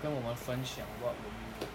跟我们分享 what would you